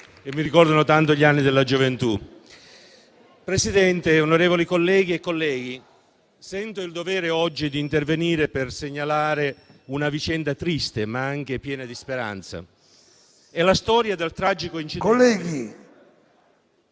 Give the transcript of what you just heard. che mi ricordano tanto gli anni della gioventù. Signor Presidente, onorevoli colleghe e colleghi, sento il dovere oggi di intervenire per segnalare una vicenda triste, ma anche piena di speranza. È la storia del tragico incidente